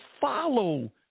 follow